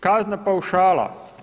Kazna paušala.